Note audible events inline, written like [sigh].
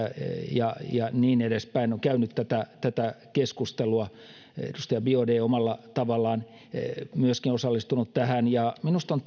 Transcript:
ja ja niin edespäin ovat käyneet tätä keskustelua ja edustaja biaudet on omalla tavallaan myöskin osallistunut tähän minusta on [unintelligible]